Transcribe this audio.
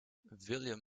william